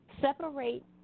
Separate